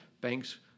banks